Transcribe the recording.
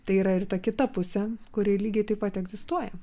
tai yra ir ta kita pusė kuri lygiai taip pat egzistuoja